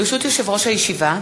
ברשות יושב-ראש הישיבה,